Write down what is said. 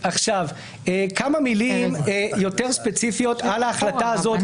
כמה מילים יותר ספציפיות על ההחלטה הזאת,